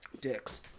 Dicks